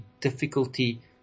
difficulty